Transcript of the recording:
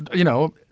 you know,